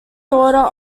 daughter